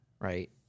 right